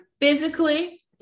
physically